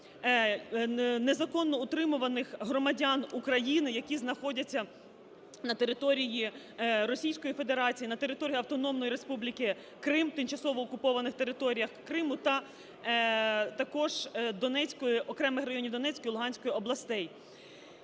незаконно утримуваних громадян України, які знаходяться на території Російської Федерації, на території Автономної Республіки Крим, тимчасово окупованих територіях Криму та також окремих районів Донецької і Луганської областей.